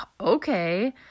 Okay